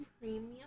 premium